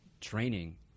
training